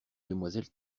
demoiselle